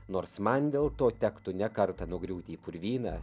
nors man dėl to tektų ne kartą nugriūti į purvyną